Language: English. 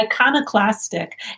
iconoclastic